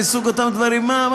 מסוג אותם דברים מה?